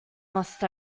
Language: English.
must